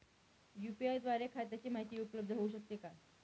UPI द्वारे खात्याची माहिती उपलब्ध होऊ शकते का?